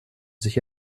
sich